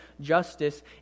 justice